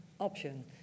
Option